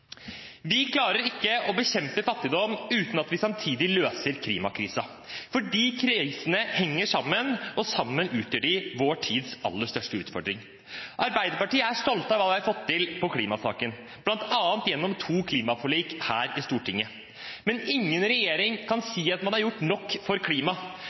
Vi klarer ikke å bekjempe fattigdom uten at vi samtidig løser klimakrisen, for disse krisene henger sammen, og sammen utgjør de vår tids aller største utfordring. Vi i Arbeiderpartiet er stolte av hva vi har fått til i klimasaken, bl.a. gjennom to klimaforlik i Stortinget. Men ingen regjering kan si at man har gjort nok for